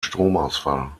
stromausfall